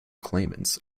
claimants